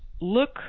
look